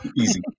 Easy